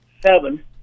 seven